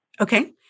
Okay